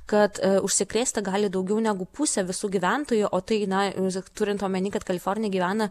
kad užsikrėsti gali daugiau negu pusė visų gyventojų o tai na vis tiek turint omeny kad kalifornijoj gyvena